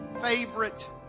favorite